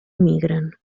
migren